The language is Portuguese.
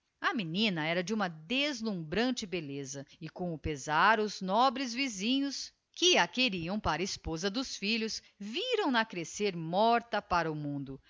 a menina era de uma deslumbrante belleza e com pezar os nobres vizinhos que a queriam para esposa dos filhos viram na crescer morta para o mundo